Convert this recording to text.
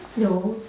no